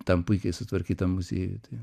tam puikiai sutvarkytam muziejui tai